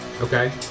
Okay